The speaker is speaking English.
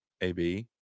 AB